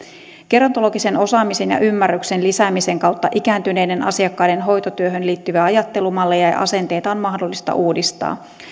gerontologisen osaamisen ja ymmärryksen lisäämisen kautta ikääntyneiden asiakkaiden hoitotyöhön liittyviä ajattelumalleja ja ja asenteita on mahdollista uudistaa